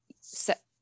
set